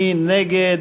מי נגד?